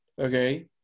okay